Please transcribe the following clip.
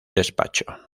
despacho